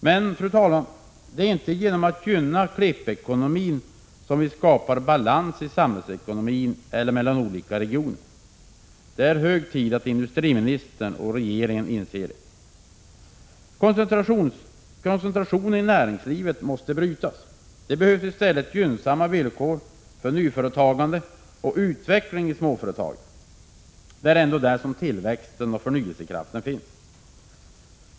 Men, det är inte genom att gynna klippekonomin som vi skapar balans i samhällsekonomin eller mellan olika regioner. Det är hög tid att industriministern och regeringen inser detta. Koncentrationen i näringslivet måste brytas. Det behövs i stället gynnsamma villkor för nyföretagande och utveckling i småföretagen. Det är ändå där som tillväxten och förnyelsekraften finns.